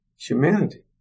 humanity